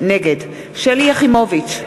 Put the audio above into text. נגד שלי יחימוביץ,